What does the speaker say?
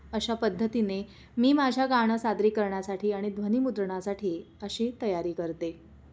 अशा पद्धतीने मी माझ्या गाणं सादरीकरणासाठी आणि ध्वनीमुद्रणासाठी अशी तयारी करते